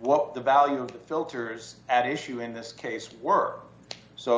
what the value of filters at issue in this case were so